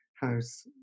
house